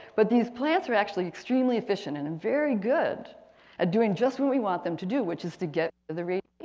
but these plants are actually extremely efficient and and very good at doing just what we want them to do. which is to get the radiation.